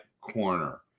corner